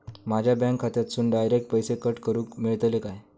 माझ्या बँक खात्यासून डायरेक्ट पैसे कट करूक मेलतले काय?